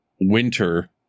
winter